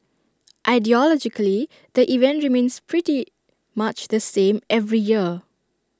ideologically the event remains pretty much the same every year